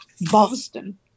Boston